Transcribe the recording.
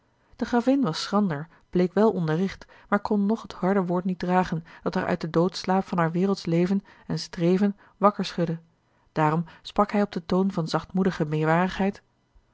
de gravin was schrander bleek wel onderricht maar kon nog het harde woord niet dragen dat haar uit den doodslaap van haar wereldsch leven en streven wakker schudde daarom sprak hij op den toon van